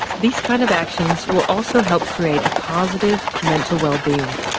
these kind of actions will also help create a positive mental well-being,